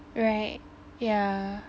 right yeah